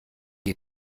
ihr